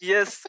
Yes